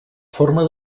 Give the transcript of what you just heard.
forma